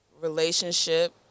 relationship